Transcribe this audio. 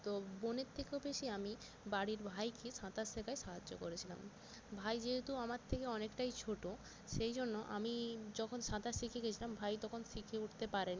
তো বোনের থেকেও বেশি আমি বাড়ির ভাইকে সাঁতার শেখায় সাহায্য করেছিলাম ভাই যেহেতু আমার থেকে অনেকটাই ছোটো সেই জন্য আমি যখন সাঁতার শিখে গেছিলাম ভাই তখন শিখে উঠতে পারে নি